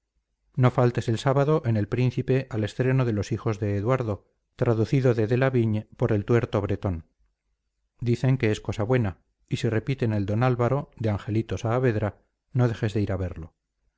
no faltes el sábado en el príncipe al estreno de los hijos de eduardo traducido de delavigne por el tuerto bretón dicen que es cosa buena y si repiten el don álvaro de angelito saavedra no dejes de ir a verlo